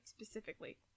Specifically